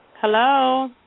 Hello